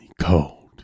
cold